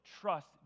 trust